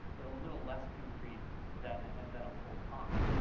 but a little less concrete than than a full comp.